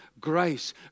grace